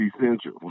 essential